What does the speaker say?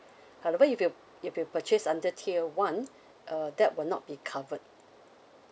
however if you if you purchase under tier one err that will not be covered